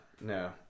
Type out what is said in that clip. no